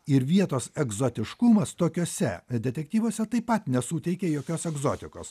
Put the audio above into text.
ir vietos egzotiškumas tokiuose detektyvuose taip pat nesuteikia jokios egzotikos